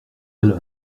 elle